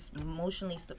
emotionally